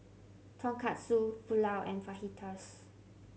Tonkatsu Pulao and Fajitas